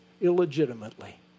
illegitimately